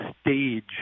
stage